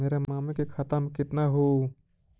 मेरा मामी के खाता में कितना हूउ?